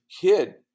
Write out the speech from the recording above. kid